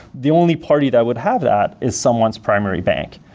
the only party that would have that is someone's primary bank.